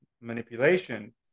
manipulation